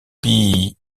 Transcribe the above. pis